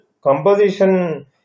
composition